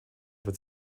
wird